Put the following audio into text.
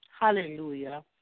Hallelujah